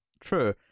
True